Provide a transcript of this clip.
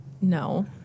No